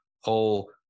whole